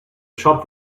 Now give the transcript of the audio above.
shop